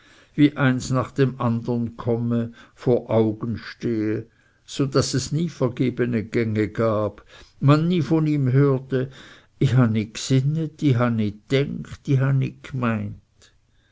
wie eins nach dem andern komme vor augen stehe so daß es nie vergebene gänge gab man nie von ihm hörte ih ha nit gsinnet ih han denkt ih ha nit gmeint